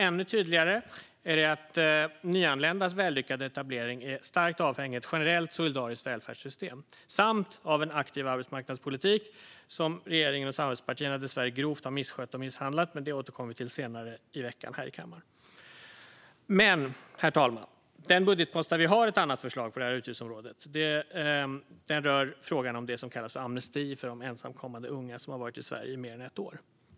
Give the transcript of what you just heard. Ännu tydligare är det att nyanländas vällyckade etablering är starkt avhängig ett generellt, solidariskt välfärdssystem samt en aktiv arbetsmarknadspolitik, vilket regeringen och samarbetspartierna dessvärre grovt har misskött och misshandlat. Det återkommer vi till senare i veckan här i kammaren. Men, herr talman, den budgetpost där vi har ett annat förslag på det här utgiftsområdet rör frågan om det som kallas amnesti för de ensamkommande unga som har varit i Sverige i mer än ett år.